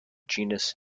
genus